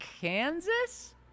Kansas